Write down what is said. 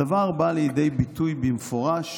הדבר בא לידי ביטוי במפורש